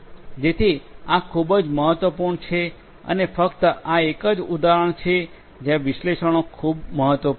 જેથી આ ખૂબ જ મહત્વપૂર્ણ છે અને ફક્ત આ એક જ ઉદાહરણ છે જ્યાં વિશ્લેષણો ખૂબ મહત્વપૂર્ણ છે